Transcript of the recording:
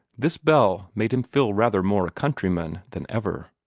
this bell made him feel rather more a countryman than ever.